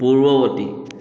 পূৰ্বৱৰ্তী